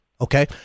Okay